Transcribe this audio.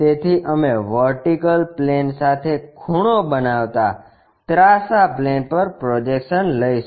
તેથી અમે vertical plane સાથે ખૂણો બનાવતા ત્રાસા પ્લેન પર પ્રોજેક્શન લઈશું